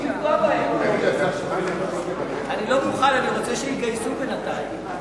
אני לא מוכן, אני רוצה שיתגייסו בינתיים.